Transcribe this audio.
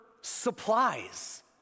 supplies